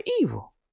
evil